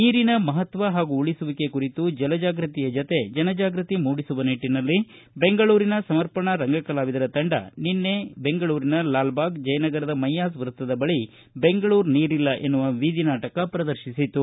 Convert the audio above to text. ನೀರಿನ ಮಹತ್ವ ಹಾಗೂ ಉಳಿಸುವಿಕೆ ಕುರಿತು ಜಲಜಾಗೃತಿಯ ಜತೆ ಜನಜಾಗೃತಿ ಮೂಡಿಸುವ ನಿಟ್ಟನಲ್ಲಿ ಬೆಂಗಳೂರಿನ ಸಮರ್ಪಣ ರಂಗಕಲಾವಿದರ ತಂಡ ನಿನ್ನೆ ಗರದ ಲಾಲ್ಬಾಗ್ ಜಯನಗರದ ಮೈಯಾಸ್ ವೃತ್ತದ ಬಳಿ ಬೆಂಗಳೂರ್ ನೀರಿಲ್ಲ ಎನ್ನುವ ಬೀದಿ ನಾಟಕ ಪ್ರದರ್ಶಿಸಿತು